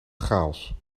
chaos